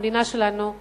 במדינה שלנו,